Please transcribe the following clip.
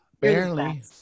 Barely